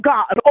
God